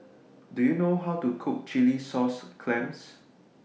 Do YOU know How to Cook Chilli Sauce Clams